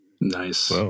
Nice